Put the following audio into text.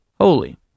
holy